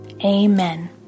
Amen